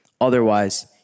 Otherwise